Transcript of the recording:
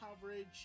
coverage